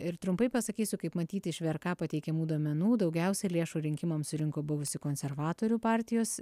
ir trumpai pasakysiu kaip matyti iš vrk pateikiamų duomenų daugiausia lėšų rinkimams surinko buvusi konservatorių partijos